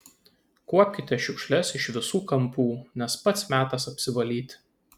kuopkite šiukšles iš visų kampų nes pats metas apsivalyti